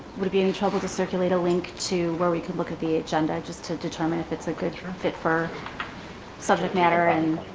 would it be any trouble to circulate a link to where we can look at the agenda just to determine if it's a good and fit for subject matter and.